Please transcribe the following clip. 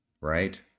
right